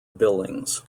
billings